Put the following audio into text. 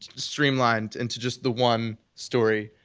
streamlined into just the one story.